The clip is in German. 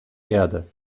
erde